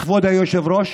כבוד היושב-ראש?